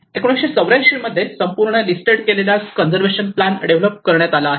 1984 मध्ये संपूर्ण लिस्टेड केलेला कंजर्वेशन प्लान डेव्हलप करण्यात आला आहे